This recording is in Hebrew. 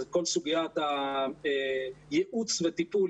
זה את כל סוגיית הייעוץ וטיפול.